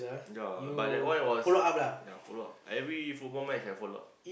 ya but that one was ya follow up every football match I follow up